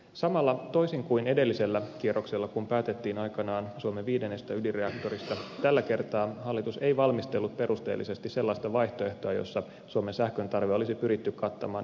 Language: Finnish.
samalla toisin kuin edellisellä kierroksella kun päätettiin aikanaan suomen viidennestä ydinreaktorista tällä kertaa hallitus ei valmistellut perusteellisesti sellaista vaihtoehtoa jossa suomen sähköntarve olisi pyritty kattamaan ilman lisäydinvoimaa